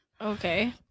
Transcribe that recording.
Okay